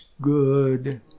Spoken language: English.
good